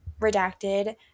redacted